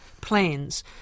plans